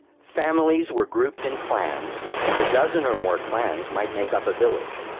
families were grouped in clans, and a dozen or more clans might make up a village.